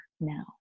now